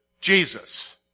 Jesus